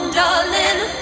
darling